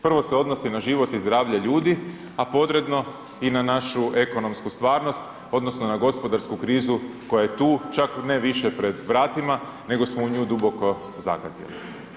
Prvo se odnosi na život i zdravlje ljudi, a podredno i na našu ekonomsku stvarnost odnosno na gospodarsku krizu koja je tu, čak ne više pred vratima nego smo u nju duboko zagazili.